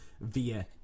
via